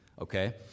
okay